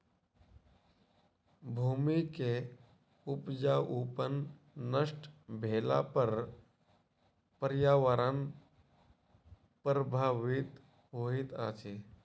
भूमि के उपजाऊपन नष्ट भेला पर पर्यावरण प्रभावित होइत अछि